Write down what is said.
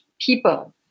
people